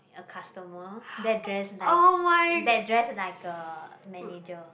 a customer that dress like that dress like a manager